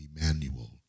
Emmanuel